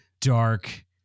dark